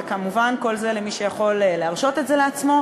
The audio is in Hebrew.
וכמובן כל זה למי שיכול להרשות את זה לעצמו,